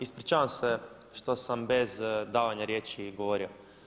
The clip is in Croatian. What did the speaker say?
Ispričavam se što sam bez davanja riječi govorio.